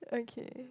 okay